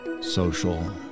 social